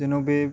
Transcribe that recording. जेन' बे